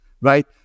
right